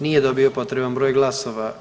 Nije dobio potreban broj glasova.